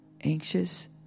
anxious